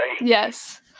Yes